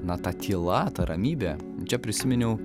na ta tyla ta ramybė čia prisiminiau